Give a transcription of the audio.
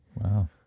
Wow